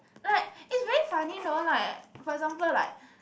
like is very funny know like for example like